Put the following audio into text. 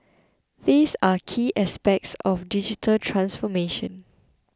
these are key aspects of digital transformation